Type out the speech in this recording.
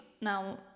Now